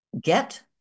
get